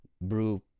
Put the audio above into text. brew